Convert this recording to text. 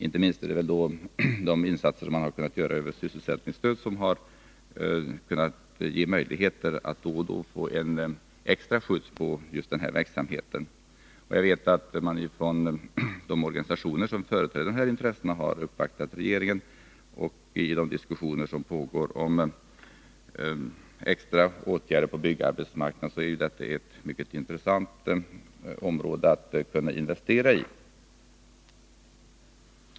Inte minst är det de insatser man har kunnat göra med sysselsättningsstöd som givit möjligheter att då och då få en extra skjuts på verksamheten. Jag vet att de organisationer som företräder de här intressena har uppvaktat regeringen, och i de diskussioner som pågår om extra åtgärder på byggarbetsmarknaden betraktas ju detta som ett mycket intressant område att kunna investera i.